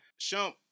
Shump